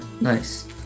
nice